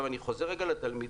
אני חוזר רגע לתלמידים.